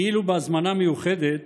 כאילו בהזמנה מיוחדת